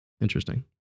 Interesting